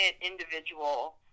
individual